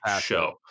show